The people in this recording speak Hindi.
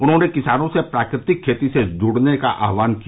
उन्होंने किसानों से प्राकृतिक खेती से जुड़ने का आह्वान किया